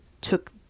took